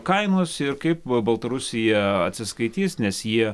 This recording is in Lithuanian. kainos ir kaip baltarusija atsiskaitys nes jie